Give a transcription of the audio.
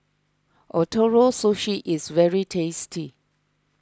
Ootoro Sushi is very tasty